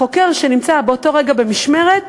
החוקר שנמצא באותו רגע במשמרת,